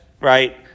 right